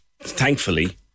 thankfully